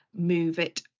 MoveIt